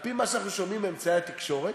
על-פי מה שאנחנו שומעים מאמצעי התקשורת,